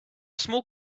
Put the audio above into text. small